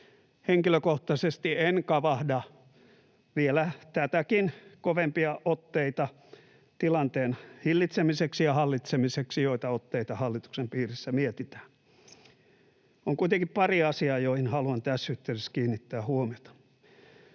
Henkilökohtaisesti en kavahda tilanteen hillitsemiseksi ja hallitsemiseksi vielä tätäkin kovempia otteita, joita hallituksen piirissä mietitään. On kuitenkin pari asiaa, joihin haluan tässä yhteydessä kiinnittää huomiota: